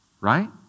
right